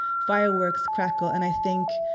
fireworks crackle, and i think,